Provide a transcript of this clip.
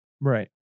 Right